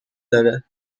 داره